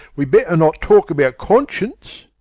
we'd better not talk about conscience.